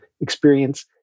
experience